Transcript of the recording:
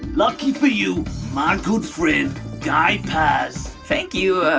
lucky for you my good friend guy paz. thank you. ah